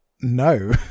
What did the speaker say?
no